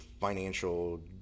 financial